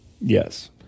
Yes